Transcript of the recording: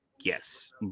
Yes